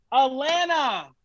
Atlanta